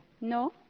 No